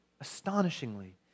astonishingly